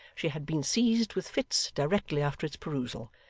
she had been seized with fits directly after its perusal,